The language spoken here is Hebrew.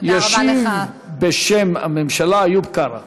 ישיב בשם הממשלה איוב קרא.